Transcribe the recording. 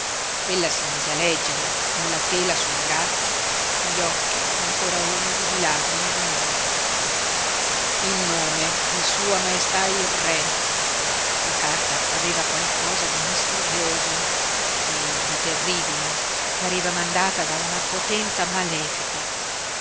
rapido ella si mise a leggere con la tela sul braccio gli occhi ancora umidi di lagrime d'amore in nome di sua maestà il re la carta aveva qualcosa di misterioso e di terribile pareva mandata da una potenza malefica